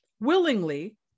willingly